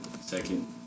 Second